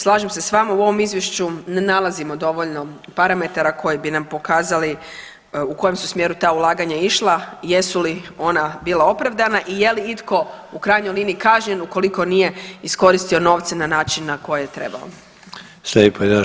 Slažem se s vama u ovom izvješću ne nalazimo dovoljno parametara koji bi nam pokazali u kojem su smjeru ta ulaganja išla, jesu li ona bila opravdana i je li itko u krajnjoj liniji kažnjen ukoliko nije iskoristio novce na način na koji je trebao.